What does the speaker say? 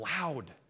loud